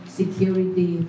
security